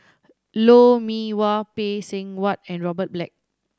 Lou Mee Wah Phay Seng Whatt and Robert Black